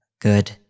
good